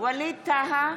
ווליד טאהא,